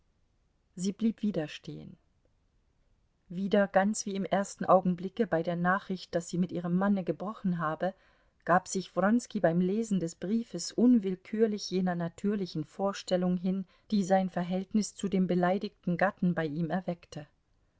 sie blieb wieder stehen wieder ganz wie im ersten augenblicke bei der nachricht daß sie mit ihrem manne gebrochen habe gab sich wronski beim lesen des briefes unwillkürlich jener natürlichen vorstellung hin die sein verhältnis zu dem beleidigten gatten bei ihm erweckte